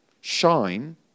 shine